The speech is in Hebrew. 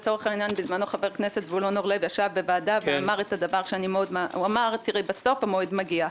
בזמנו חבר הכנסת זבולון אורלב ישב בוועדה ואמר: בסוף המועד מגיע.